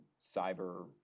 cyber